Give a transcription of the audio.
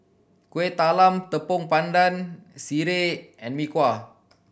Kueh Talam Tepong Pandan sireh and Mee Kuah